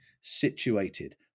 situated